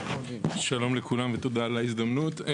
שלום לכולם ותודה על ההזדמנות.